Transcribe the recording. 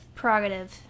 prerogative